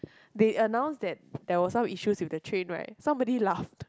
they announce that there was some issues with the train right somebody laughed